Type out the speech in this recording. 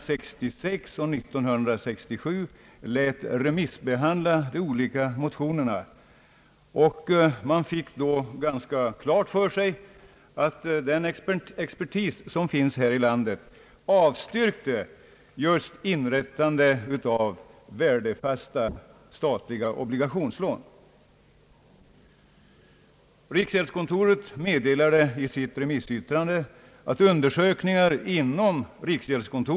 Herr talman! Frågan om värdesäkring av fordringar har blivit föremål för omfattande undersökningar, bl.a. av värdesäkringskommittén, och den har också under senare år vid flera tillfällen behandlats här i riksdagen. De tre senaste åren har riksdagen avslagit motionsyrkanden som rört frågan om utgivning av värdefasta statliga obligationslån. Bankoutskottet lät under åren 1966 och 1967 remissbehandla de olika motioner som då väcktes.